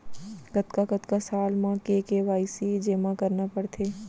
कतका कतका साल म के के.वाई.सी जेमा करना पड़थे?